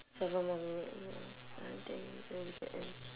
seven more minutes I think then we can end